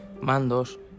mandos